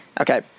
okay